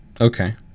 Okay